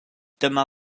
dyma